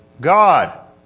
God